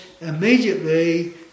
immediately